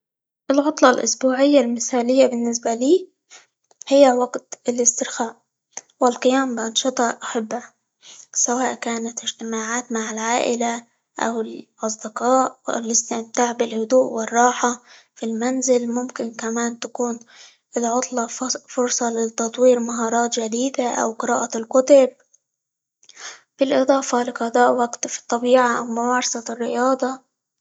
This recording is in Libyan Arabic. العطلة الأسبوعية المثالية بالنسبة لي، هي وقت الاسترخاء، والقيام بأنشطة أحبها، سواء كانت اجتماعات مع العائلة، أو الأصدقاء، أو الاستمتاع بالهدوء، والراحة في المنزل، ممكن كمان تكون العطلة -ف- فرصة؛ لتطوير مهارات جديدة، أو قراءة الكتب؛ بالاضافة لقضاء وقت في الطبيعة، ممارسة الرياضة.